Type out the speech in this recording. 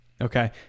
okay